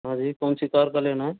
हाँ जी कौन सी कार का लेना है